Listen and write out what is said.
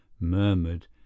murmured